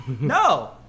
no